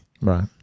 Right